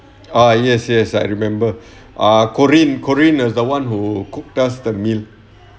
ah yes yes I remember ah corin corin is the one who cook us the meal